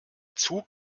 zug